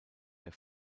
der